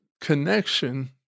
connection